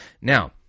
Now